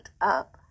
up